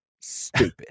stupid